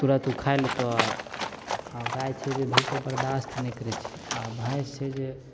तुरत ओ खाय लेतो आ गाय छै जे धूप आर बर्दाश्त नहि करैत छै आ भैंस छै जे